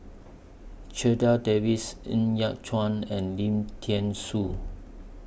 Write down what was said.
Davies Ng Yat Chuan and Lim Thean Soo